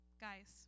Guys